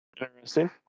Interesting